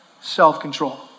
Self-control